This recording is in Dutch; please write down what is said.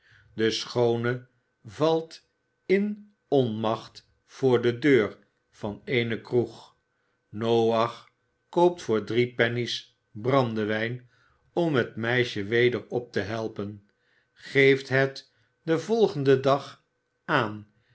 de schoone valt in onmacht voor de deur van eene kroeg noach koopt voor drie penny's brandewijn om het meisje weder op te helpen geeft het den volgenden dag aan